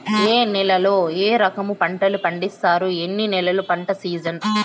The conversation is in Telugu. ఏ నేలల్లో ఏ రకము పంటలు పండిస్తారు, ఎన్ని నెలలు పంట సిజన్?